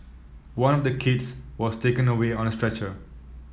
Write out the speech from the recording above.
one of the kids was taken away on a stretcher